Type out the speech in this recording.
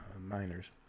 miners